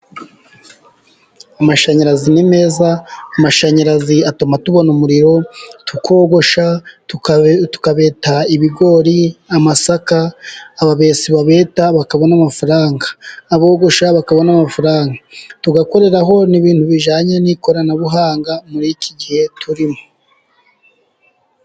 Amashanyarazi ni meza， amashanyarazi atuma tubona umuriro，tukogosha，tukabeta ibigori， amasaka， ababesi babeta bakabona amafaranga，abogosha bakabona amafaranga，tugakoreraho n'ibintu bijyanye n'ikoranabuhanga，muri iki gihe turimo.